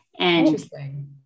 Interesting